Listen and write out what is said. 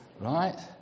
Right